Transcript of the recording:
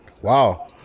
wow